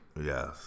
Yes